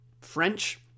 french